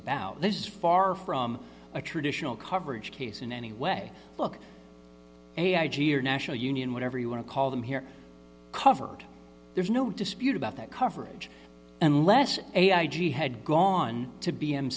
about this is far from a traditional coverage case in any way look a i g or national union whatever you want to call them here covered there's no dispute about that coverage and less a i g had gone to b m